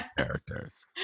characters